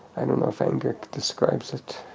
i don't know if anger describes it.